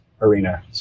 arena